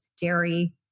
dairy